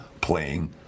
playing